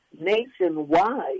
nationwide